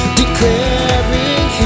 declaring